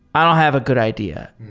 i don't have a good idea.